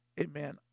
amen